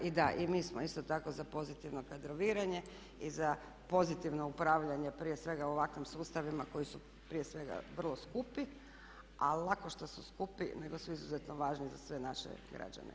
I da i mi smo isto tako za pozitivno kadroviranje i za pozitivno upravljanje prije svega ovakvim sustavima koji su prije svega vrlo skupi, ali lako što su skupi nego su izuzetno važni za sve naše građane.